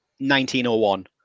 1901